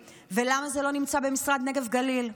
ולמה זה לא נמצא במשרד הנגב והגליל,